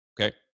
Okay